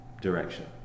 direction